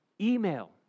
Email